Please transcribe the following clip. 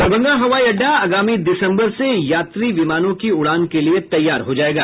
दरभंगा हवाई अड्डा आगामी दिसम्बर से यात्री विमानों की उड़ान के लिए तैयार हो जायेगा